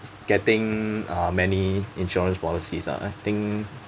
getting uh many insurance policies uh I think